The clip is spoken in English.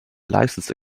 license